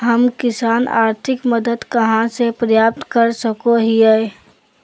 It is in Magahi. हम किसान आर्थिक मदत कहा से प्राप्त कर सको हियय?